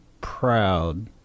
proud